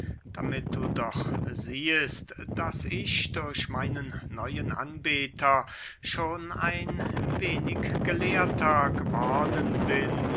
damit du doch siehest daß ich durch meinen neuen anbeter schon ein wenig gelehrter geworden bin